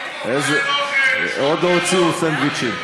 עוד לא הוציאו סנדוויצ'ים.